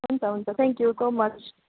हुन्छ हुन्छ thank you so much